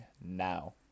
now